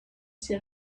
see